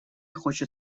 хочет